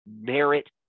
merit